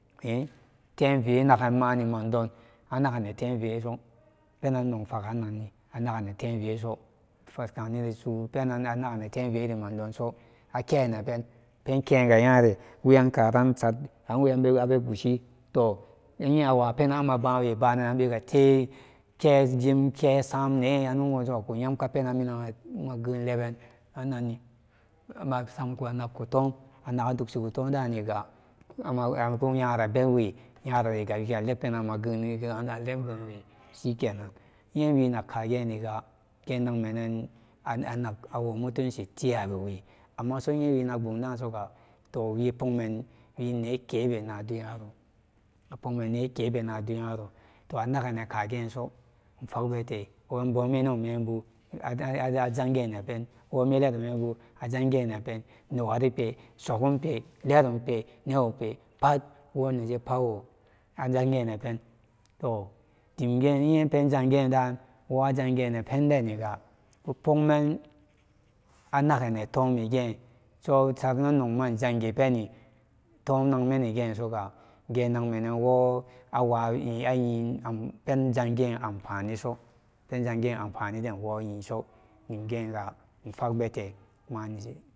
Tevé mani mandon anaganen teveso penan nog faganni anagenen teveso sakaniri so penan anaganen tumveri mandon so akenenpen penkega nyare wiyakaran isat an weyan ka abe gushi toh inye awa penah awe bááne nanbega tekejim kesane ano gosoga kuyamka penan minan mageun lebenananni aman samka anagka tum anaga dushika tummidaniga ama ku nyarariga wiya tebpenari shike nan iyewi nakkaniga genagmenan anag awo mutunci tiyabewe maso iye winag kagi soga toh wipogmen wine kebe naduyaro apogman nekebe na duyaro toh anagennen kageso ingfagbete bun menew mebu ajajanginen pen wome leromen bu a janginepen newaripe sigampe lerum pe newpe pat pawo ajangenen pen toh dim ge iye penjange dan wo ajangenen pendeni ga ku pogmen anagenen tumigen sosaram nan nagma ingangi peniga tum nagmenige soga genagmenenwo awawi ayeyi penjan gin anfaniso penjanginden anfanindenwo yiso dimgega ifagbute menbudan.